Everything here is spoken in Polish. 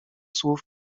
słów